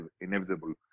inevitable